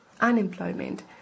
unemployment